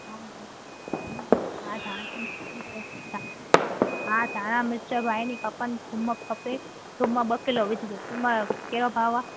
धाणा हा धाणा मिर्च अथव धाणा हा धाणा मिर्च बि आहिनि नी खपनि थूम खपे थूम ॿ किलो विझिजो थूम कहिड़ो भाव आहे